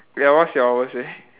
ya what's your worst way